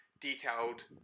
detailed